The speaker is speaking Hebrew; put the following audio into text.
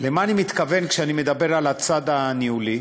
למה אני מתכוון כשאני מדבר על הצד הניהולי?